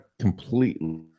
completely